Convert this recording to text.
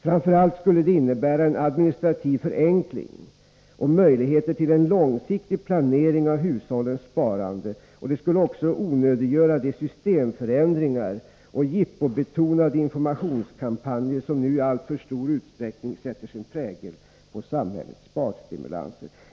Framför allt skulle det innebära en administrativ förenkling och möjligheter till en långsiktig planering av hushållens sparande. Det skulle också onödiggöra de systemförändringar och jippobetonade informationskampanjer som nu i alltför stor utsträckning sätter sin prägel på samhällets sparstimulanser.